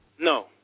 No